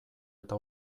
eta